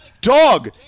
dog